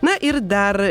na ir dar